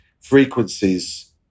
frequencies